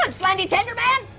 um slendy tenderman?